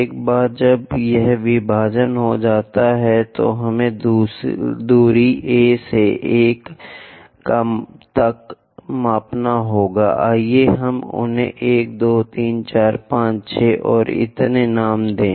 एक बार जब यह विभाजन हो जाता है तो हमें दूरी ए से 1 तक मापना होगा आइए हम उन्हें 1 2 3 4 5 6 और इतने पर नाम दें